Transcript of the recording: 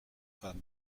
femme